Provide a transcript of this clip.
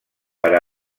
per